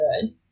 good